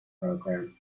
program